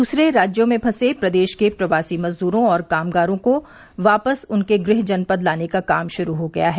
दूसरे राज्यों में फंसे प्रदेश के प्रवासी मजद्रों और कामगारों को वापस उनके गृह जनपद लाने का काम शुरू हो गया है